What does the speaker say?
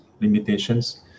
limitations